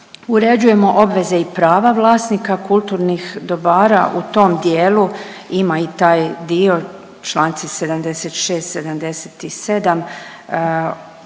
Uređujemo obveze i prava vlasnika kulturnih dobara u tom dijelu, ima i taj dio, čl. 76.-77.